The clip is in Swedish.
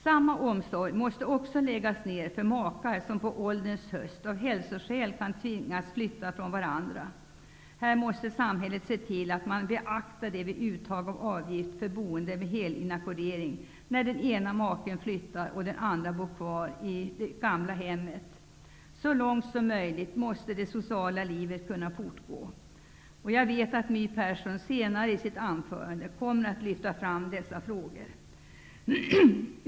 Samma omsorg måste också ägnas makar som på ålderns höst av hälsoskäl kan tvingas flytta från varandra. Samhället måste se till att man beaktar detta vid uttag av avgift för boende med helinackordering när den ena maken flyttar och den andra bor kvar i det gamla hemmet. Så långt som möjligt måste det sociala livet få fortgå. Jag vet att Siw Persson i sitt anförande kommer att lyfta fram dessa frågor.